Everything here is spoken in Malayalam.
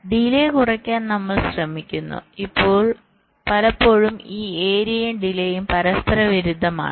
അതിനാൽ ഡിലേ കുറയ്ക്കാൻ നമ്മൾ ശ്രമിക്കുന്നു ഇപ്പോൾ പലപ്പോഴും ഈ ഏരിയയും ഡിലയും പരസ്പരവിരുദ്ധമാണ്